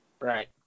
Right